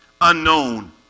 Unknown